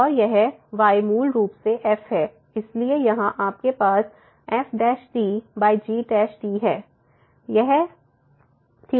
और यह y मूल रूप से f है इसलिए यहां आपके पास f g है